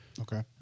Okay